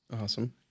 Awesome